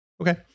okay